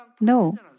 No